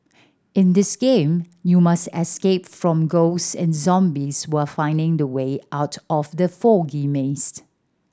in this game you must escape from ghosts and zombies while finding the way out of the foggy maze